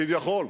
כביכול.